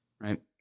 right